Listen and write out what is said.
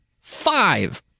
Five